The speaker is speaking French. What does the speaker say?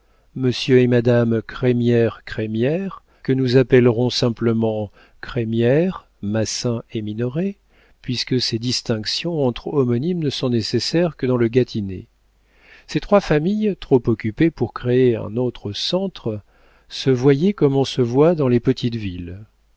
monsieur et madame crémière crémière que nous appellerons simplement crémière massin et minoret puisque ces distinctions entre homonymes ne sont nécessaires que dans le gâtinais ces trois familles trop occupées pour créer un autre centre se voyaient comme on se voit dans les petites villes